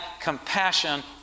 compassion